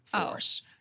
force